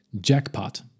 Jackpot